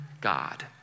God